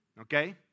Okay